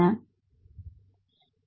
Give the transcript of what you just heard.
மாணவர் backbone generation